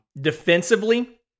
defensively